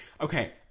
Okay